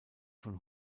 von